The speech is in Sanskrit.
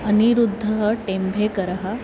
अनिरुद्धः टेम्भेकरः